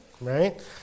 right